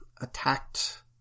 attacked